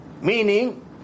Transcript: meaning